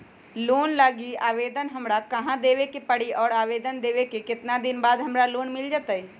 Loan लागी आवेदन हमरा कहां देवे के पड़ी और आवेदन देवे के केतना दिन बाद हमरा लोन मिल जतई?